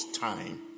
time